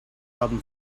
problem